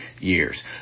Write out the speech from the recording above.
years